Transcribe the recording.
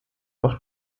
auch